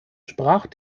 sprach